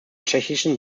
tschechischen